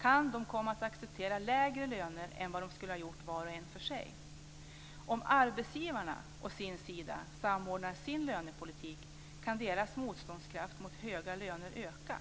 kan de komma att acceptera lägre löner än vad de skulle ha gjort var och en för sig... Om arbetsgivarna samordnar sin lönepolitik kan deras motståndskraft mot höga löner öka."